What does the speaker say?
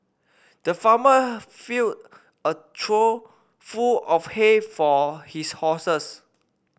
the farmer filled a trough full of hay for his horses